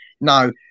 no